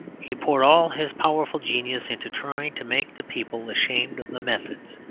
he poured all his powerful genius into trying to make the people ashamed of the methods.